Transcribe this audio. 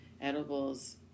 edibles